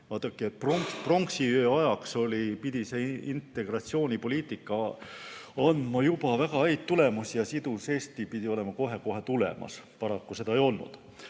Vaadake, pronksiöö ajaks pidi see integratsioonipoliitika andma juba väga häid tulemusi ja sidus Eesti pidi olema kohe-kohe tulemas. Paraku seda ei olnud.